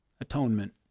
Atonement